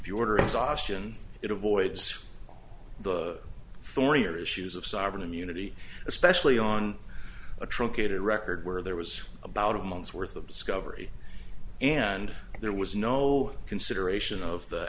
the order exhaustion it avoids the thornier issues of sovereign immunity especially on a truncated record where there was about a month's worth of discovery and there was no consideration of the